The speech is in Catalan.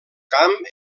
camp